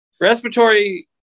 respiratory